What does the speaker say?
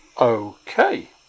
Okay